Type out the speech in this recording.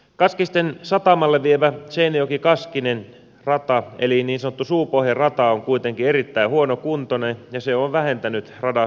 kaskisten satamalle vievä seinäjokikaskinen rata eli niin sanottu suupohjan rata on kuitenkin erittäin huonokuntoinen ja se on vähentänyt radan hyödyntämistä